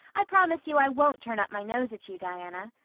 i promise you i won't turn up my nose at you, diana.